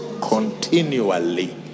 continually